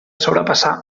sobrepassar